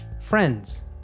Friends